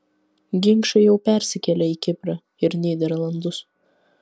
ginčai jau persikėlė į kiprą ir nyderlandus